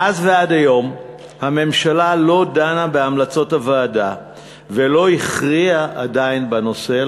מאז ועד היום הממשלה לא דנה בהמלצות הוועדה ולא הכריעה עדיין בנושא,